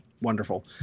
wonderful